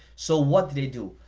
so what did they do?